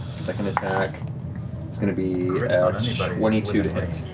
second attack is going to be like twenty two to hit.